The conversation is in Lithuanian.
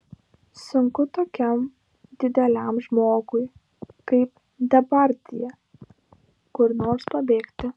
sunku tokiam dideliam žmogui kaip depardjė kur nors pabėgti